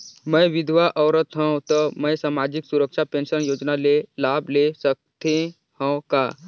मैं विधवा औरत हवं त मै समाजिक सुरक्षा पेंशन योजना ले लाभ ले सकथे हव का?